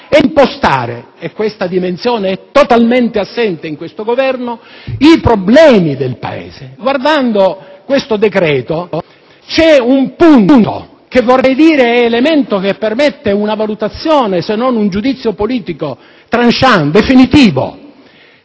di impostare - e questa dimensione è totalmente assente in questo Governo - la soluzione ai problemi del Paese. Guardando questo decreto, c'è un punto che è elemento che permette una valutazione, se non un giudizio politico *tranchant* definitivo: